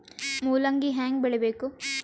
ಮೂಲಂಗಿ ಹ್ಯಾಂಗ ಬೆಳಿಬೇಕು?